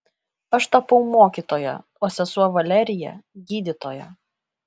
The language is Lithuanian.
aš tapau mokytoja o sesuo valerija gydytoja